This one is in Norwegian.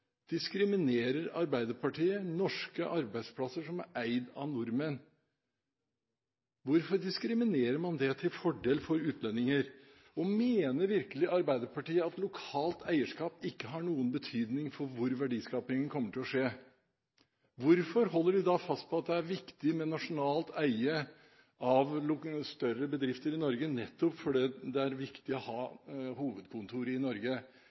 diskriminerer Arbeiderpartiet norske arbeidsplasser som er eid av nordmenn? Hvorfor diskriminerer man til fordel for utlendinger, og mener virkelig Arbeiderpartiet at lokalt eierskap ikke har noen betydning for hvor verdiskapingen kommer til å skje? Hvorfor holder de da fast på at det er viktig med nasjonalt eie av større bedrifter i Norge nettopp fordi det er viktig å ha hovedkontor i Norge?